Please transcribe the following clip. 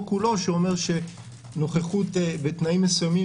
כולו שאומר שנוכחות בתנאים מסוימים,